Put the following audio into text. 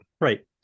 Right